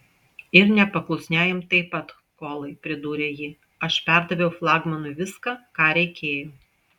ir nepaklusniajam taip pat kolai pridūrė ji aš perdaviau flagmanui viską ką reikėjo